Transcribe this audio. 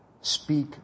speak